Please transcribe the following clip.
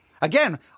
Again